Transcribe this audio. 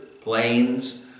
planes